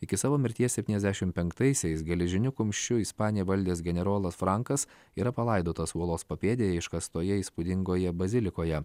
iki savo mirties septyniasdešim penktaisiais geležiniu kumščiu ispaniją valdęs generolas frankas yra palaidotas uolos papėdėje iškastoje įspūdingoje bazilikoje